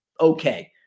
okay